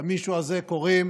למישהו הזה קוראים